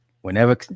whenever